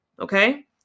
okay